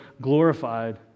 glorified